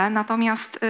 natomiast